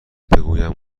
بگویم